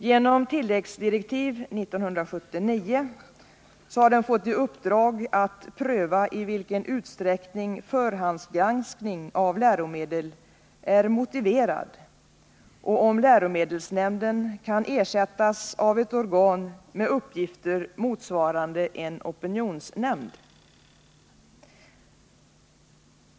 Genom tilläggsdirektiv 1979 har den fått i uppdrag att pröva i vilken utsträckning förhandsgranskning av läromedel är motiverad och om läromedelsnämnden kan ersättas av ett organ med uppgifter motsvarande en opinionsnämnds.